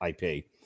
IP